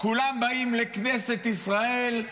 כולם באים לכנסת ישראל,